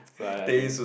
but I drink